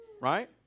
right